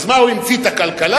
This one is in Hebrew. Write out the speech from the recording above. אז מה, הוא המציא את הכלכלה?